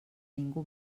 ningú